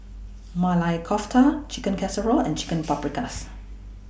Maili Kofta Chicken Casserole and Chicken Paprikas